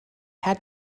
had